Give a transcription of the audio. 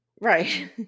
Right